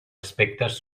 aspectes